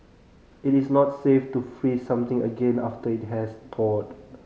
it is not safe to freeze something again after it has thawed